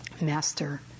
Master